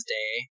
day